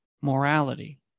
morality